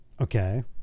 Okay